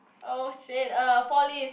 oh !shit! uh Four Leaves